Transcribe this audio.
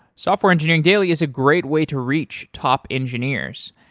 software engineering daily is a great way to reach top engineers.